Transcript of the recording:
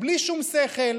בלי שום שכל,